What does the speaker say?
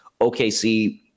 OKC